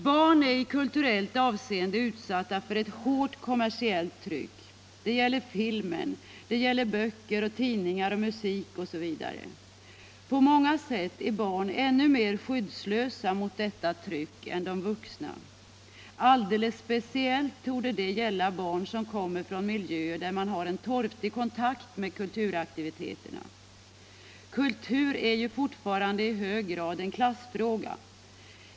Barn är i kulturellt avseende utsatta för ett hårt kommersiellt tryck. Det gäller filmen, det gäller böcker, tidningar, musik osv. På många sätt är barn ännu mer skyddslösa mot detta tryck än de vuxna. Alldeles speciellt torde det gälla barn som kommer från miljöer där man har en torftig kontakt med kulturaktiviteterna. Kultur är ju fortfarande i hög grad en klassfråga.